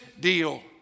deal